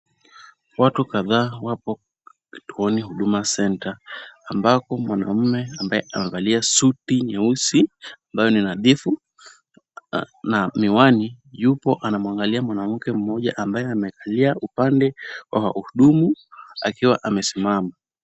Watu kadhaa wapo kituoni Huduma Center, ambako mwanaume ambaye amevalia suti nyeusi ambayo ni nadhifu na miwani yupo anamwangalia mwanamke mmoja ambaye amekalia upande wa wahudumu akiwa amesimama.